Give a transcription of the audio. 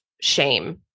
shame